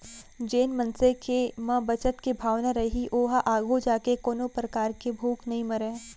जेन मनसे के म बचत के भावना रइही ओहा आघू जाके कोनो परकार ले भूख नइ मरय